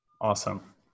awesome